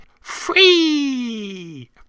Free